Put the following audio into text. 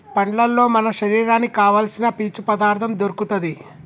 పండ్లల్లో మన శరీరానికి కావాల్సిన పీచు పదార్ధం దొరుకుతది